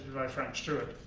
by frank stewart.